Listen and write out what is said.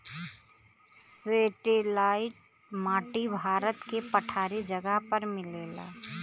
satellite माटी भारत के पठारी जगह पर मिलेला